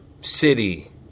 city